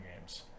games